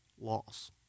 loss